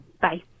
bye